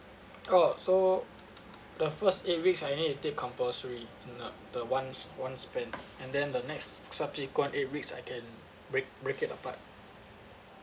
oh so the first eight weeks I need to take compulsory and uh the ones one spend and then the next subsequent eight weeks I can break break it apart